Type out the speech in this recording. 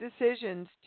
decisions